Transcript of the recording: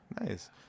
Nice